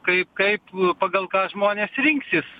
kaip kaip pagal ką žmonės rinksis